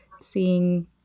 seeing